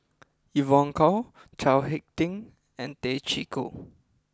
Evon Kow Chao Hick Tin and Tay Chee Koh